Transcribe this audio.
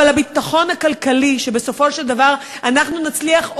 אבל הביטחון הכלכלי שבסופו של דבר אנחנו נצליח,